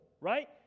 Right